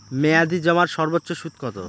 মেয়াদি জমার সর্বোচ্চ সুদ কতো?